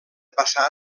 passar